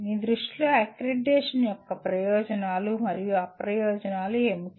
మీ దృష్టిలో అక్రిడిటేషన్ యొక్క ప్రయోజనాలు మరియు అప్రయోజనాలు ఏమిటి